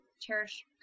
Cherish